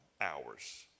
hours